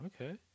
Okay